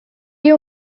you